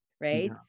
right